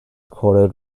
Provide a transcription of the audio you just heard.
quoted